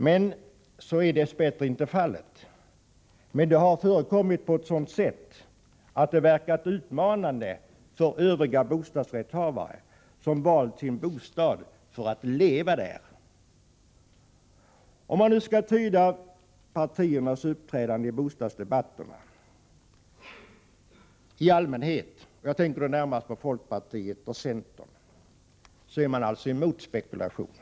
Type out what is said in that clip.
Men så är dess bättre inte fallet. Men vad som förekommit har verkat utmanande för övriga bostadsrättshavare, som valt sin bostad för att leva där. Om man nu skall tyda partiernas uppträdanden i allmänhet i bostadsdebatterna, och jag tänker då närmast på folkpartiet och centern, är de alltså mot spekulation.